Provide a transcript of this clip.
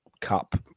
Cup